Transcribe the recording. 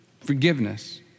forgiveness